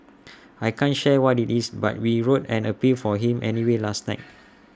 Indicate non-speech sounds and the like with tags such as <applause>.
<noise> I can't share what IT is but we wrote an appeal for him anyway last night <noise>